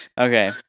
Okay